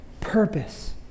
purpose